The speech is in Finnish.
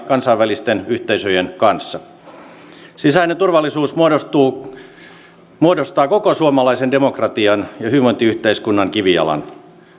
kansainvälisten yhteisöjen kanssa sisäinen turvallisuus muodostaa koko suomalaisen demokratian ja hyvinvointiyhteiskunnan kivijalan